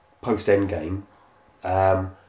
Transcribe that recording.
post-Endgame